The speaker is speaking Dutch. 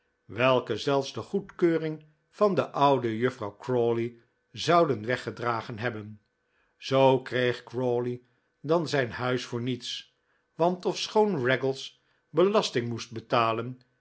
welke zelfs de goedkeuring van de oude juffrouw crawley zouden weggedragen hebben zoo kreeg crawley dan zijn huis voor niets want ofschoon raggles belasting moest betalen